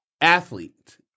athlete